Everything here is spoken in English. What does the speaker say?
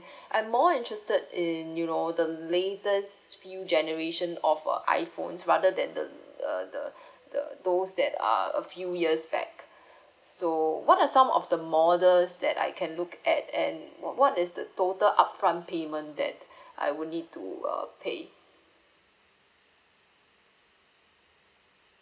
I'm more interested in you know the latest few generation of uh I_phones rather than the the the the the those that are a few years back so what are some of the models that I can look at and what is the total upfront payment that I will need to uh pay